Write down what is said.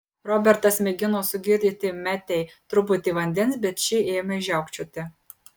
robertas mėgino sugirdyti metei truputį vandens bet ši ėmė žiaukčioti